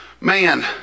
man